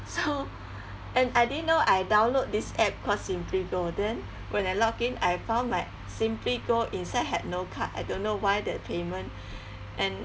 so and I didn't know I download this app called simply go then when I login I found my simply go inside had no card I don't know why that payment and